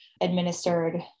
administered